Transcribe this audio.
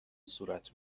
صورت